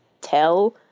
tell